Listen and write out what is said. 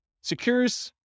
secures